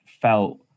felt